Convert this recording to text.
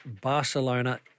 Barcelona